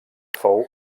fou